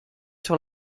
sur